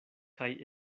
kaj